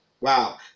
Wow